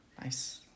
Nice